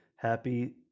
Happy